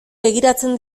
begiratzen